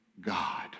God